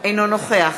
אינו נוכח